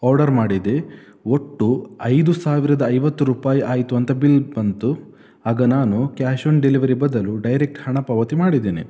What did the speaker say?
order ಮಾಡಿದೆ ಒಟ್ಟು ಐದು ಸಾವಿರದ ಐವತ್ತು ರೂಪಾಯಿ ಆಯಿತು ಅಂತ ಬಿಲ್ ಬಂತು ಆಗ ನಾನು ಕ್ಯಾಶ್ ಆನ್ ಡೆಲಿವರಿ ಬದಲು ಡೈರೆಕ್ಟ್ ಹಣ ಪಾವತಿ ಮಾಡಿದ್ದೇನೆ